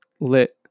Lit